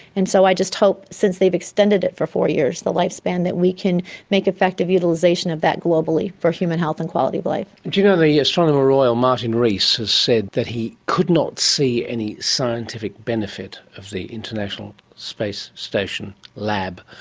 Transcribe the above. and so i just hope since they've extended it for four years, the lifespan, that we can make effective utilisation of that globally for human health and quality of life. do you know, the astronomer royal, martin rees, has said that he could not see any scientific benefit of the international space station lab.